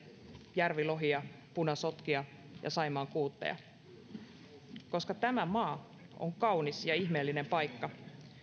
järvilohia punasotkia ja saimaan kuutteja tämä maa on kaunis ja ihmeellinen paikka